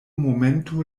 momento